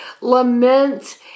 lament